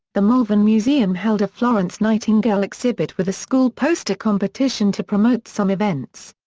the malvern museum held a florence nightingale exhibit with a school poster competition to promote some events.